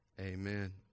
amen